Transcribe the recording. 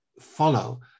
follow